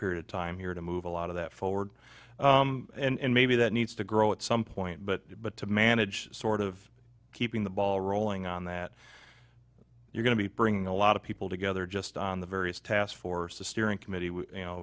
period of time here to move a lot of that forward and maybe that needs to grow at some point but but to manage sort of keeping the ball rolling on that you're going to be bringing a lot of people together just on the various task force a steering committee you know